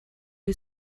who